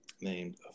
named